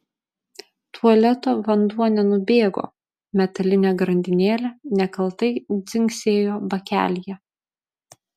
tualeto vanduo nenubėgo metalinė grandinėlė nekaltai dzingsėjo bakelyje